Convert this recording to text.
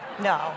No